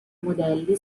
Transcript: modelli